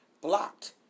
blocked